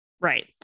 right